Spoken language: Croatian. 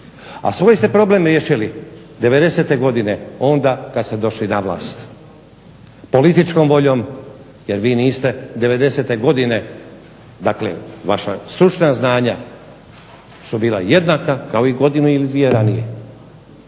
A svoj ste problem riješili '90.-te godine, onda kad se došli na vlast političkom voljom jer vi niste '90.-te godine, dakle vaša stručna znanja su bila jednaka kao i godinu ili dvije ranije.